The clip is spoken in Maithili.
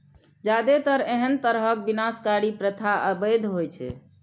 जादेतर एहन तरहक विनाशकारी प्रथा अवैध होइ छै